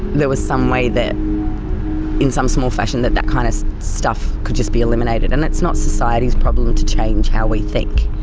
there was some way that in some small fashion that that kind of stuff could just be eliminated and that's not society's problem to change how we think.